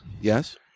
Yes